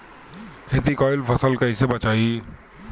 खेती कईल फसल कैसे बचाई?